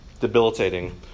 debilitating